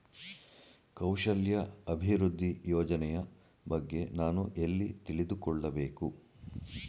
ಕೌಶಲ್ಯ ಅಭಿವೃದ್ಧಿ ಯೋಜನೆಯ ಬಗ್ಗೆ ನಾನು ಎಲ್ಲಿ ತಿಳಿದುಕೊಳ್ಳಬೇಕು?